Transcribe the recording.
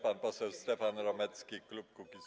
Pan poseł Stefan Romecki, klub Kukiz’15.